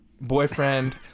Boyfriend